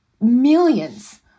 millions